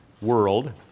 world